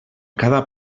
cada